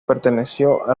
perteneció